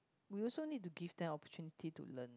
we also need to give them opportunity to learn